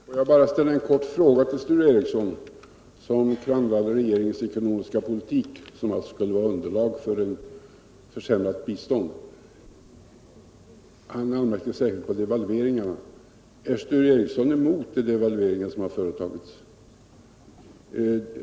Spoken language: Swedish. Herr talman! Får jag bara ställa en kort fråga till Sture Ericson med anledning av att han klandrade regeringens ekonomiska politik, som alltså skulle vara underlag för ett försämrat bistånd. Han anmärkte särskilt på devalveringarna. Är Sture Ericson emot de devalveringar som har företagits?